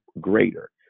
greater